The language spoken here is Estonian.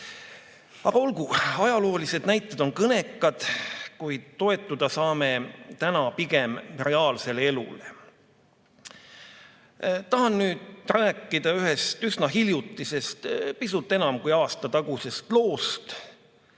olgu, ajaloolised näited on kõnekad, kuid toetuda saame täna pigem reaalsele elule. Tahan nüüd rääkida ühest üsna hiljutisest, pisut enam kui aasta tagusest loost,